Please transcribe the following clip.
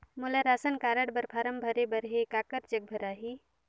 मोला ration card बर form भरे बर हे काकर जग भराही?